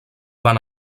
van